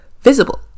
visible